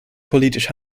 politisch